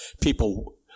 people